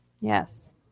Yes